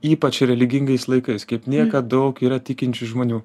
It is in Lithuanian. ypač religingais laikais kaip niekad daug yra tikinčių žmonių